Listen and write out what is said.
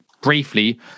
briefly